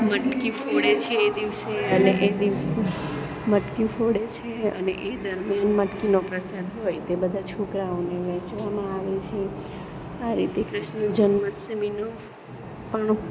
મટકી ફોડે છે એ દિવસે અને એ દિવસે મટકી ફોડે છે અને એ દરમ્યાન મટકીનો પ્રસાદ હોય તે બધા છોકરાઓને વહેંચવામાં આવે છે આ રીતે કૃૃષ્ણ જન્માષ્ટમીનો પણ